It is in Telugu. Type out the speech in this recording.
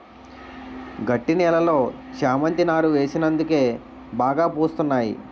గట్టి నేలలో చేమంతి నారు వేసినందుకే బాగా పూస్తున్నాయి